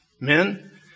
men